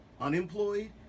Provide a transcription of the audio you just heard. unemployed